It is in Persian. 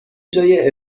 جای